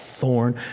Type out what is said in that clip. thorn